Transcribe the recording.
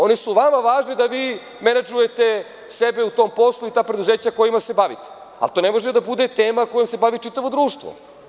Oni su vama važni da vi mene čujete, sebe u tom poslu i ta preduzeća kojima se bavite, ali to ne može da bude tema kojom se bavi čitavo društvo.